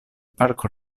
parco